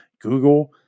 Google